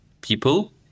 people